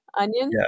onion